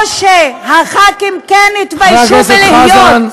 או שהח"כים התביישו להיות,